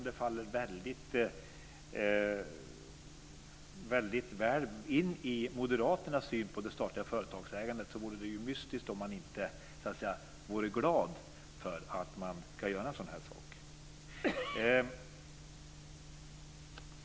Det faller väldigt väl in i moderaternas syn på det statliga företagsägandet vore det mystiskt om man inte vore glad för att göra en sådan här sak.